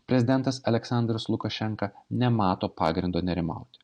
prezidentas aleksandras lukašenka nemato pagrindo nerimauti